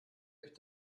euch